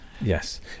Yes